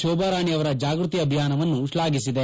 ಶೋಭಾರಾಣೆ ಅವರ ಜಾಗ್ಟತಿ ಅಭಿಯಾನವನ್ನು ಶ್ಲಾಘಿಸಿದೆ